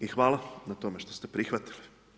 I hvala na tome što ste prihvatili.